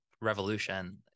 revolution